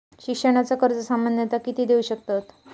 शिक्षणाचा कर्ज सामन्यता किती देऊ शकतत?